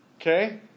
okay